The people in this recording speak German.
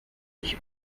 sich